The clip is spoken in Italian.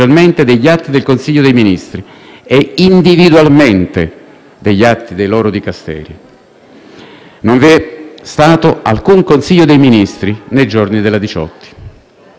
Non vi è stato alcun Consiglio dei ministri nei giorni della vicenda Diciotti. Il senatore Gasparri ritiene di poter sostenere la tesi - a me pare piuttosto avventurosa